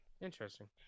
Interesting